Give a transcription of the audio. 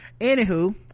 Anywho